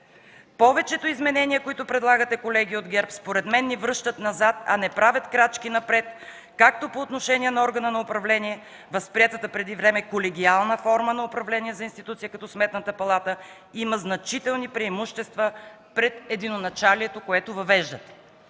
„Повечето изменения, които предлагате, колеги от ГЕРБ, според мен ни връщат назад, а не правят крачки напред. Както по отношение на органа на управление, възприетата преди време колегиална форма на управление за институция като Сметната палата, има значителни преимущества пред единоначалието, което въвеждате”.